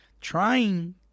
Trying